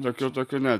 tokių tokių ne